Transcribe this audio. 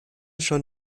schon